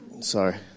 Sorry